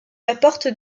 apportent